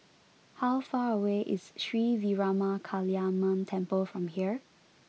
how far away is Sri Veeramakaliamman Temple from here